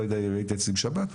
לא יודע אם היית אצלי בשבת,